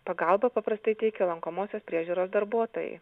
pagalbą paprastai teikia lankomosios priežiūros darbuotojai